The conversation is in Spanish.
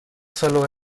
solo